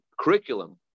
curriculum